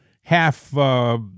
half—